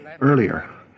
earlier